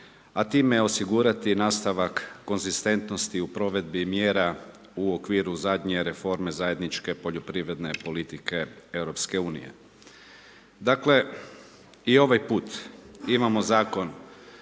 a time osigurati i nastavak konzistentnosti u provedbi mjera u okviru zadnje reforme zajedničke poljoprivredne politike EU-a. Dakle, i ovaj put imamo zakon